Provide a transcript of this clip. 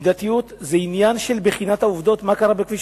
מידתיות זה עניין של בחינת העובדות, מה קרה בכביש